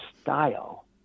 style